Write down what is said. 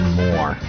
more